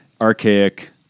archaic